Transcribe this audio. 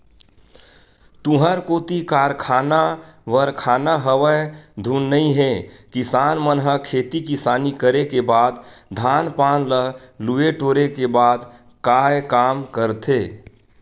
तुँहर कोती कारखाना वरखाना हवय धुन नइ हे किसान मन ह खेती किसानी करे के बाद धान पान ल लुए टोरे के बाद काय काम करथे?